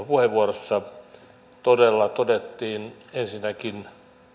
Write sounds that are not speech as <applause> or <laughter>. <unintelligible> puheenvuorossa todella todettiin ensinnäkin